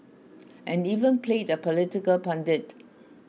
and even played a political pundit